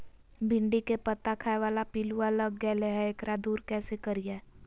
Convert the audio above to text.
भिंडी के पत्ता खाए बाला पिलुवा लग गेलै हैं, एकरा दूर कैसे करियय?